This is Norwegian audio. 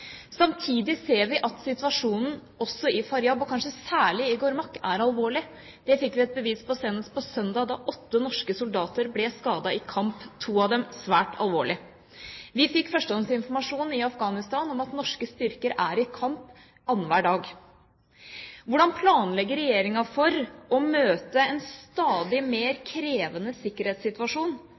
Samtidig ser vi at situasjonen også i Faryab, og kanskje særlig i Ghowrmach, er alvorlig. Det fikk vi et bevis på senest på søndag, da åtte norske soldater ble skadet i kamp, to av dem svært alvorlig. Vi fikk førstehåndsinformasjon i Afghanistan om at norske styrker er i kamp annenhver dag. Hvordan planlegger Regjeringa for å møte en stadig mer krevende sikkerhetssituasjon